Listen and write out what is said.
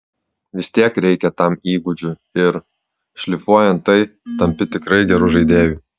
vistiek reikia tam įgūdžių ir šlifuojant tai tampi tikrai geru žaidėju